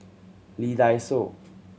Lee Dai Soh